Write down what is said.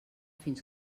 fins